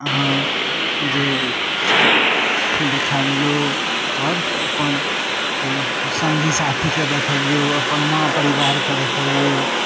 अहाँ जे देखाबिऔ आओर अपन सङ्गी साथीके देखाबिऔ अपन माँ परिवारके देखाबिऔ